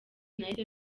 nahise